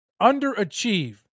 underachieve